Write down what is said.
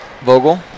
Vogel